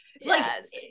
yes